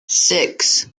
six